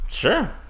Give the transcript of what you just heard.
Sure